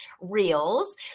reels